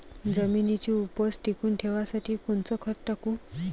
जमिनीची उपज टिकून ठेवासाठी कोनचं खत टाकू?